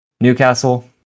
Newcastle